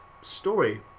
story